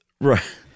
Right